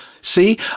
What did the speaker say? see